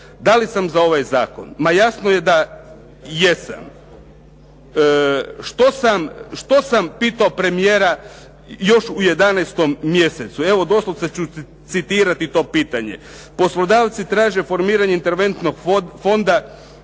Da li sam za ovaj zakon? Ma jasno je da jesam. Što sam, što sam pitao premijera, još u 11. mjesecu, evo doslovce ću citirati to pitanje: "Poslodavci traže formiranje interventnog fonda